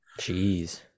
Jeez